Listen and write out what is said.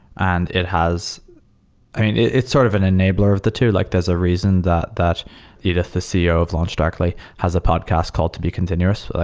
and it has i mean, it's sort of an enabler of the two. like there's a reason that that edith, the ceo of launchdarkly, has a podcast called to be continuous.